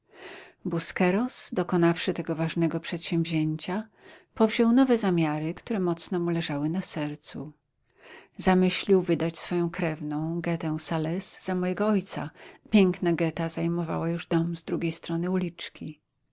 oczekiwał busqueros dokonawszy tego ważnego przedsięwzięcia powziął nowe zamiary które mocno mu leżały na sercu zamyślił wydać swoją krewną getę salez za mojego ojca piękna geta zajmowała już dom z drugiej strony uliczki